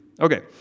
Okay